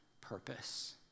purpose